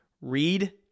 Read